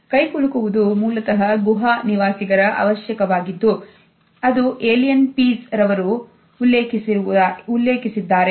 ಕೈ ಕುಲುಕುವುದು ಮೂಲತಹ ಗುಹಾ ನಿವಾಸಿಗರ ಅವಶ್ಯಕವಾಗಿದೆ ಎಂದು alien pease ಅವರು ಉಲ್ಲೇಖಿಸಿದ್ದಾರೆ